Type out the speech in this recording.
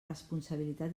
responsabilitat